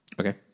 Okay